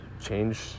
change